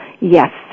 Yes